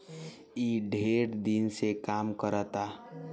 ई ढेर दिन से काम करता